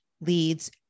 leads